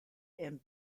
and